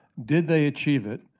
did they achieve it?